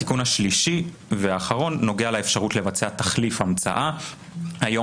התיקון השלישי והאחרון נוגע לאפשרות לבצע תחליף המצאה; היום